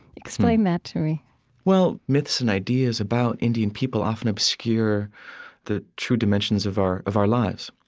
explain that to me well, myths and ideas about indian people often obscure the true dimensions of our of our lives.